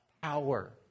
power